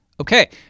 Okay